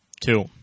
Two